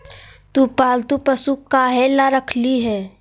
तु पालतू पशु काहे ला रखिली हें